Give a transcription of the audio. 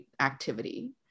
activity